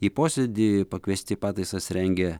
į posėdį pakviesti pataisas rengę